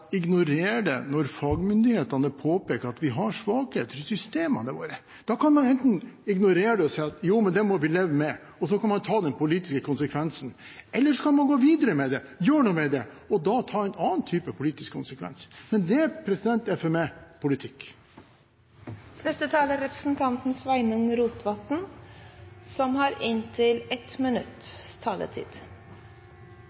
ignorere det når fagmyndighetene påpeker at vi har svakheter i systemene våre. Da kan man enten ignorere det og si at det må vi leve med, og ta den politiske konsekvensen, eller man kan gå videre med det, gjøre noe med det, og da ta en annen type politisk konsekvens. Men dette er for meg politikk. Sveinung Rotevatn har hatt ordet to ganger tidligere og får ordet til en kort merknad, begrenset til 1 minutt.